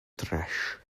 trash